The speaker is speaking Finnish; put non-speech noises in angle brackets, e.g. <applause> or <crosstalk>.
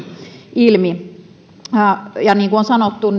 ilmi niin kuin on sanottu <unintelligible>